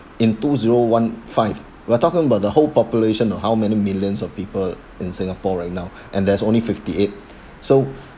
in two zero one five we are talking about the whole population you know how many millions of people in singapore right now and there's only fifty eight so